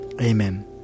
Amen